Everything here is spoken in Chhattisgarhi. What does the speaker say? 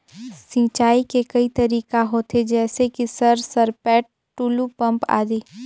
सिंचाई के कई तरीका होथे? जैसे कि सर सरपैट, टुलु पंप, आदि?